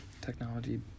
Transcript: technology